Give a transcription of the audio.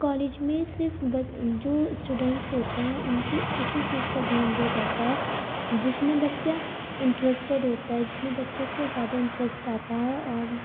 اس college میں صرف جو اسٹوڈنٹس ہوتے ہیں ان کی اسی چیز پر دھیان دیا جاتا ہے جس میں بچہ انٹرسٹڈ ہوتا ہے جس میں بچے كو زیادہ أنٹرسٹ آتا ہے اور